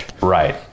Right